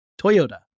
Toyota